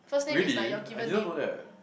really I didn't know that